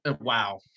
Wow